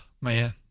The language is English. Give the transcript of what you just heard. man